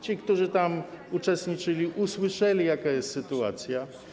Ci, którzy w nich uczestniczyli, usłyszeli, jaka jest sytuacja.